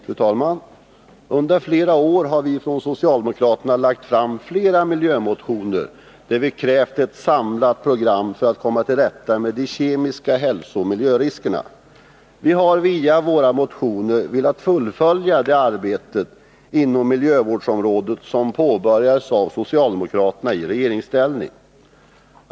Fru talman! Under flera år har från socialdemokratiskt håll flera é 5 163 miljömotioner lagts fram, där vi krävt ett samlat program för att komma till rätta med de kemiska hälsooch miljöriskerna. Vi har via våra motioner velat fullfölja det arbete inom miljövårdsområdet som vi påbörjade i regeringsställning.